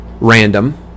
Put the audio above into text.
Random